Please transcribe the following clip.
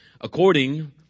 According